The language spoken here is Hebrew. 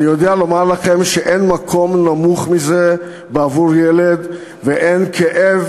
ואני יודע לומר לכם שאין מקום נמוך מזה בעבור ילד ואין כאב